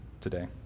today